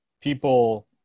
people